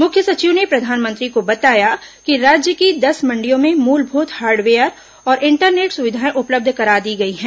मुख्य सचिव ने प्रधानमंत्री को बताया कि राज्य की दस मंडियों में मूलभूत हार्डवेयर और इंटरनेट सुविधाएं उपलब्ध करा दी गई हैं